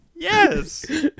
Yes